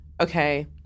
Okay